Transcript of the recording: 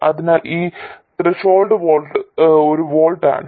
അതിനാൽ ഈ threshold voltage ഒരു വോൾട്ട് ആണ്